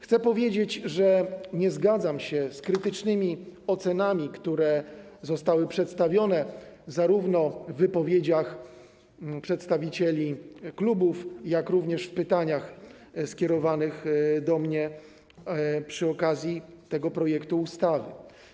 Chcę powiedzieć, że nie zgadzam się z krytycznymi ocenami, które zostały przedstawione zarówno w wypowiedziach przedstawicieli klubów, jak i pytaniach skierowanych do mnie przy okazji tego projektu ustawy.